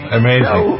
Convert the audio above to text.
amazing